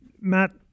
Matt